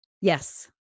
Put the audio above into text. Yes